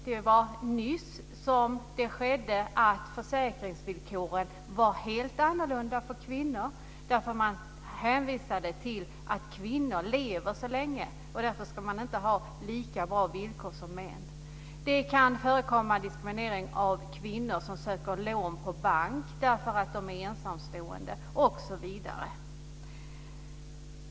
Det har nyligen uppmärksammats att kvinnor har försäkringsvillkor som är helt annorlunda än de för män. Det hänvisas då till att kvinnor lever så länge att de inte ska ha lika bra villkor som män. Det kan också förekomma diskriminering av ensamstående kvinnor som söker lån på bank osv.